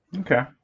Okay